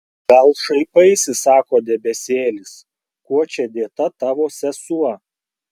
gal šaipaisi sako debesėlis kuo čia dėta tavo sesuo